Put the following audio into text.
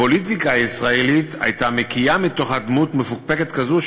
הפוליטיקה הישראלית הייתה מקיאה מתוכה דמות מפוקפקת כזאת,